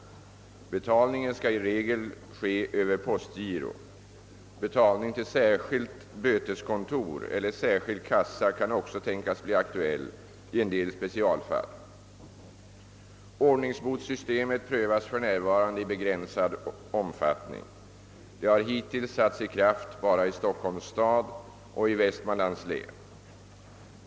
Betalningen skall i regel ske över postgiro. Betalning till särskilt böteskontor eller särskild kassa kan också tänkas bli aktuell i en del specialfall. Ordningsbotssystemet prövas f.n. i begränsad omfattning. Det har hittills satts i kraft bara i Stockholms stad och i Västmanlands län.